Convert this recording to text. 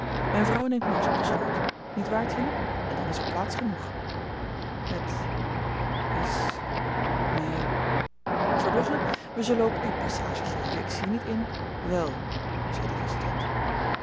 myn vrouw neemt max op den schoot niet waar tine en dan is er plaats genoeg het is my verbrugge we zullen ook u passage geven ik zie niet in wèl zei de resident